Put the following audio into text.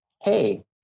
hey